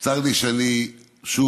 צר לי שאני שוב